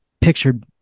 pictured